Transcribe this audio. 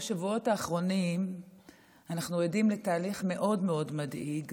בשבועות האחרונים אנחנו עדים לתהליך מאוד מאוד מדאיג